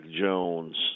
Jones